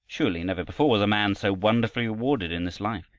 surely never before was a man so wonderfully rewarded in this life.